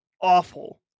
awful